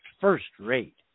first-rate